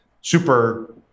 super